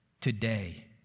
today